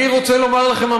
אני רוצה לומר לכם,